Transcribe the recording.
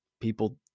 people